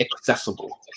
accessible